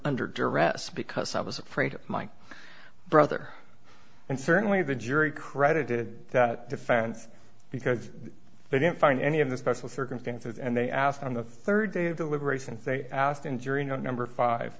under duress because i was afraid of my brother and certainly the jury credited that defense because they didn't find any of the special circumstances and they asked on the third day of deliberations they asked in jury no number five